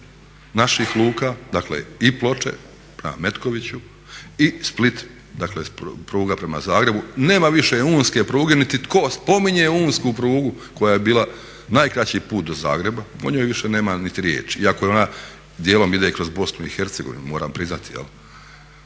naših luka, dakle i Ploče prema Metkoviću i Split, dakle pruga prema Zagrebu. Nema više unske pruge niti tko spominje unsku prugu koja je bila najkraći put do Zagreba, o njoj više nema niti riječi, iako ona dijelom ide kroz BiH moram priznati.